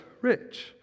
rich